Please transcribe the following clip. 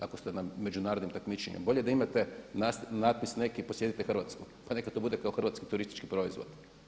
Ako ste na međunarodnim takmičenjima bolje da imate natpis neki: posjetite Hrvatsku, pa neka to bude kao hrvatski turistički proizvod.